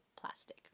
plastic